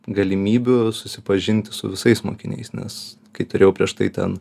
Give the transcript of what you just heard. galimybių susipažinti su visais mokiniais nes kai turėjau prieš tai ten